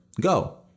Go